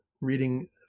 reading